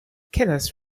kenneth